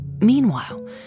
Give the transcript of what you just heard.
Meanwhile